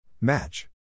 Match